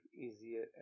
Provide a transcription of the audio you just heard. easier